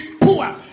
poor